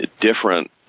different